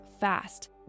fast